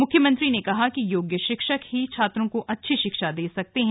मुख्यमंत्री ने कहा कि योग्य शिक्षक ही छात्रों को अच्छी शिक्षा दे सकते हैं